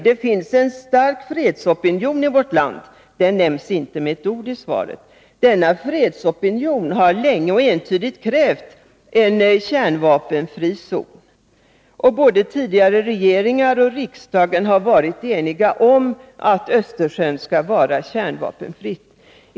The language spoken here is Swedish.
Det finns en stark fredsopinion i vårt land — den nämns inte med ett ord i svaret — och denna fredsopinion har länge och entydigt krävt en kärnvapenfri zon. Både tidigare regeringar och riksdagen har varit eniga om att Östersjön skall vara kärnvapenfri.